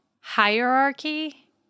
hierarchy